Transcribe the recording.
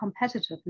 competitiveness